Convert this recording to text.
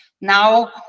now